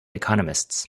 economists